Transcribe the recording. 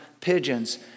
pigeons